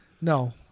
No